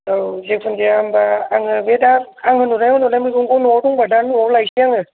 औ जेखुन जाया होनबा आङो बे दा आं होनहरनाय होनहरनाय मैगंखौ न'आव दंबा दा न'आव लायसै आङो